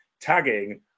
tagging